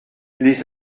les